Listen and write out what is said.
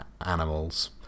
animals